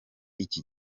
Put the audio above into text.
iki